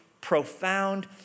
profound